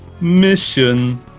Mission